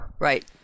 Right